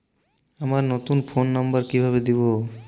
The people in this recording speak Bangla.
আমার নতুন ফোন নাম্বার কিভাবে দিবো?